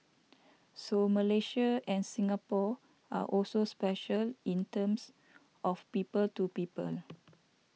so Malaysia and Singapore are also special in terms of people to people